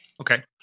Okay